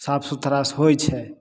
साफ सुथरासँ होइ छै